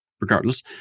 regardless